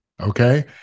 okay